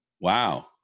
wow